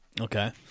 Okay